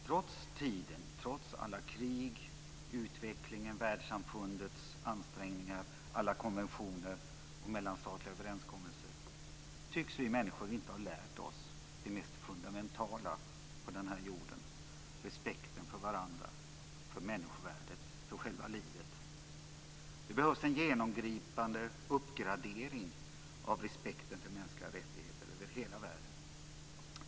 Trots tid, trots alla krig, utvecklingen, världssamfundets ansträngningar, alla konventioner och mellanstatliga överenskommelser tycks vi människor inte ha lärt oss det mest fundamentala för den här jorden, respekten för varandra, för människovärdet, för själva livet. Det behövs en genomgripande uppgradering av respekten för mänskliga rättigheter över hela världen.